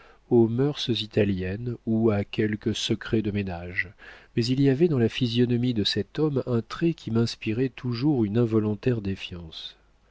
aux mœurs italiennes ou à quelque secret de ménage mais il y avait dans la physionomie de cet homme un trait qui m'inspirait toujours une involontaire défiance